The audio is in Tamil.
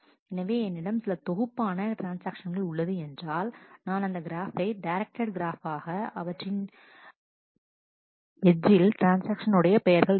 எனவே என்னிடம் சில தொகுப்பான ட்ரான்ஸ்ஆக்ஷன்கள் உள்ளது என்றால் நான் அந்த கிராஃபை டைரக்டடு கிராஃப் ஆக அவற்றின் எட்ஜ் யில் ட்ரான்ஸ்ஆக்ஷன் உடைய பெயர்கள் இருக்கும்